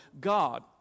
God